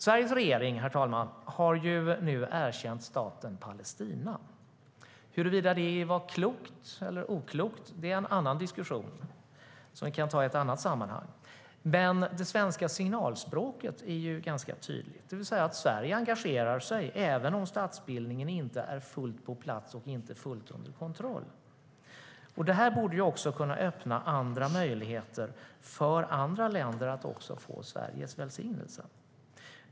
Sveriges regering har nu erkänt staten Palestina, herr talman. Huruvida det var klokt eller oklokt är en diskussion som vi kan ta i ett annat sammanhang. Det svenska signalspråket är dock ganska tydligt, nämligen att Sverige engagerar sig även om statsbildningen inte är fullt på plats eller fullt under kontroll. Det borde kunna öppna möjligheter för andra länder att också få Sveriges välsignelse.